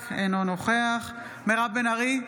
אינו נוכח ולדימיר בליאק, אינו נוכח מירב בן ארי,